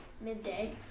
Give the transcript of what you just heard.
midday